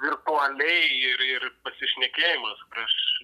virtualiai ir ir pasišnekėjimas kai aš